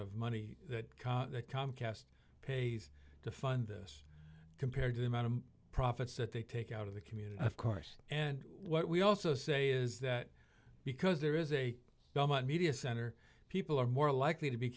of money that comcast pays to fund this compared to the amount of profits that they take out of the community of course and what we also say is that because there is a media center people are more likely to be